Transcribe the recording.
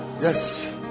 yes